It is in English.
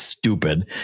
stupid